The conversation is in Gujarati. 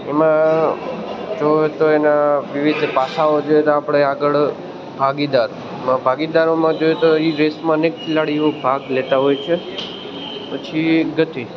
એમાં જુએ તો એના વિવિધ પાસાઓ જોઈએ તો આપણે આગળ ભાગીદાર તો ભાગીદારોમાં જોઈએ તો એ રેસમાં અનેક ખેલાડીઓ ભાગ લેતા હોય છે પછી ગતિ